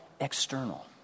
external